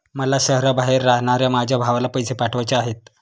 मला शहराबाहेर राहणाऱ्या माझ्या भावाला पैसे पाठवायचे आहेत